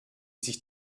sich